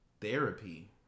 Therapy